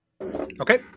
Okay